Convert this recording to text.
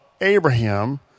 Abraham